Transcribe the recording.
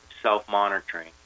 self-monitoring